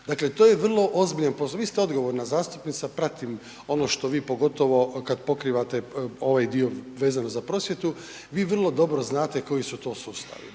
Dakle to je vrlo ozbiljan posao, vi ste odgovorna zastupnica, pratim ono što vi pogotovo kad pokrivate ovaj dio vezano za prosvjetu, vi vrlo dobro znate koji su to sustavi.